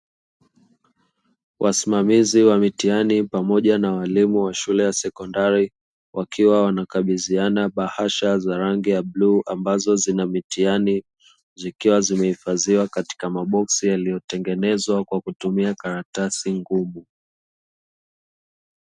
Wasimamizi wa mitihani pamoja na walimu wa shule ya sekondari, wakiwa wanakabidhiana bahasha za rangi ya bluu ambazo zina mitihani, zikiwa zimehifadhiwa katika maboksi yaliyotengenezwa kwa kutumia karatasi ngumu.